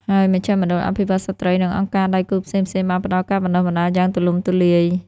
ហើយ មជ្ឈមណ្ឌលអភិវឌ្ឍន៍ស្ត្រី និងអង្គការដៃគូផ្សេងៗបានផ្តល់ការបណ្តុះបណ្តាលយ៉ាងទូលំទូលាយ។